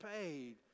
paid